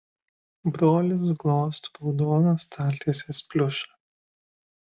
brolis glosto raudoną staltiesės pliušą